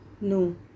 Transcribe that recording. No